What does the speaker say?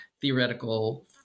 theoretical